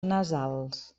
nasals